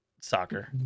soccer